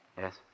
Yes